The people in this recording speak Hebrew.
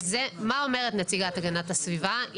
מה אומרת נציגת הגנת הסביבה?